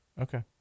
Okay